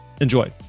Enjoy